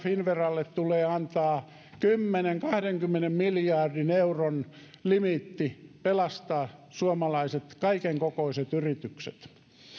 finnveralle tulee antaa kymmenen viiva kahdenkymmenen miljardin euron limiitti pelastaa suomalaiset kaikenkokoiset yritykset